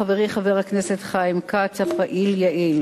חברי, חבר הכנסת חיים כץ, הפעיל-יעיל.